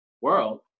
world